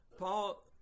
Paul